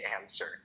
answer